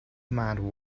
man